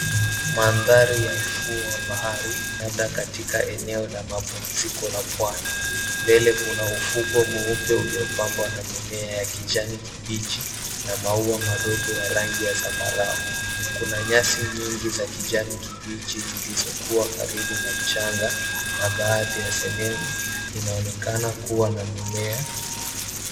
Mandhari ya ufuo wa bahari labda katika eneo la mapumziko la pwani. Mbele kuna ufuo mweupe uliopambwa na mimea ya kijani kibichi na maua madogo ya rangi ya zambarau. Kuna nyasi nyingi za kijani kibichi zilizokua karibu na m,changa na baadhi ya sehemu inaonekana kua na mimea.